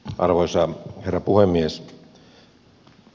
arvoisa herra puhemies